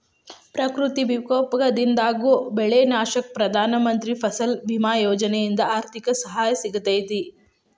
ಪ್ರಕೃತಿ ವಿಕೋಪದಿಂದಾಗೋ ಬೆಳಿ ನಾಶಕ್ಕ ಪ್ರಧಾನ ಮಂತ್ರಿ ಫಸಲ್ ಬಿಮಾ ಯೋಜನೆಯಿಂದ ಆರ್ಥಿಕ ಸಹಾಯ ಸಿಗತೇತಿ